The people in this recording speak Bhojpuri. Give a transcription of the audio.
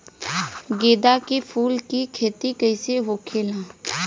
गेंदा के फूल की खेती कैसे होखेला?